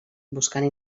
buscant